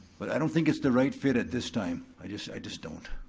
but i don't think it's the right fit at this time, i just i just don't.